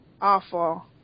Awful